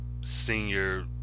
senior